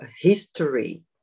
history